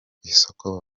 isoko